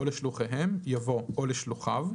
או לשלוחיהם" יבוא "או לשלוחיו".